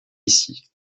ici